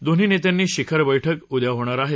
दोन्ही नेत्यांची शिखर बैठक उद्या होणार आहे